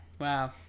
Wow